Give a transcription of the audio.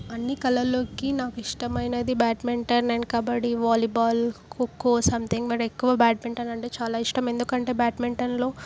అన్ని కళల్లోకి నాకు ఇష్టమైనది badminton and kabaddi volleyball kho kho something but ఎక్కువ బ్యాడ్మింటన్ అంటే చాలా ఇష్టం ఎందుకంటే బ్యాడ్మింటన్లో